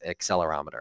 accelerometer